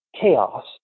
chaos